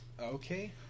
okay